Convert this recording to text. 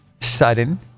sudden